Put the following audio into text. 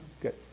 Good